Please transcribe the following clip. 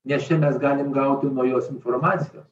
nes mes galim gauti naujos informacijos